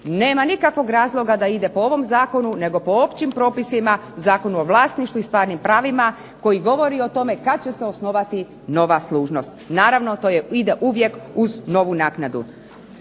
nema nikakvog razloga da ide po ovom zakonu, nego po općim propisima u Zakonu o vlasništvu i stvarnim pravima koji govori o tome kad će se osnovati nova služnost. Naravno to ide uvijek uz novu naknadu.